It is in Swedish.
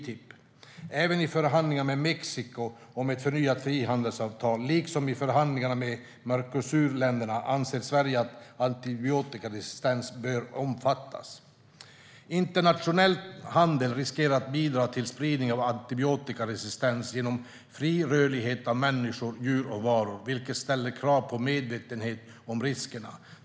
Sverige anser att även förhandlingarna med Mexiko om ett förnyat frihandelsavtal liksom förhandlingarna med Mercosurländerna bör omfatta frågan om antibiotikaresistens. Internationell handel riskerar att bidra till spridning av antibiotikaresistens genom fri rörlighet av människor, djur och varor, vilket ställer krav på medvetenhet om riskerna.